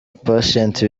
patient